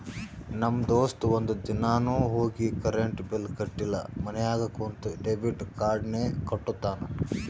ನಮ್ ದೋಸ್ತ ಒಂದ್ ದಿನಾನು ಹೋಗಿ ಕರೆಂಟ್ ಬಿಲ್ ಕಟ್ಟಿಲ ಮನ್ಯಾಗ ಕುಂತ ಡೆಬಿಟ್ ಕಾರ್ಡ್ಲೇನೆ ಕಟ್ಟತ್ತಾನ್